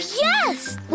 yes